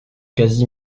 quasi